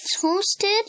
toasted